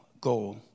goal